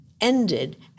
ended